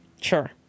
Sure